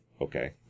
Okay